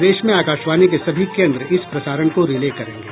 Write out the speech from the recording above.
प्रदेश में आकाशवाणी के सभी केन्द्र इस प्रसारण को रिले करेंगे